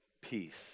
peace